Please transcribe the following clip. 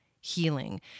healing